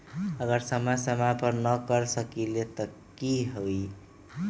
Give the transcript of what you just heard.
अगर समय समय पर न कर सकील त कि हुई?